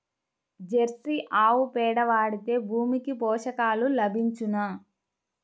Jersey ఆవు పేడ వాడితే భూమికి పోషకాలు లభించునా?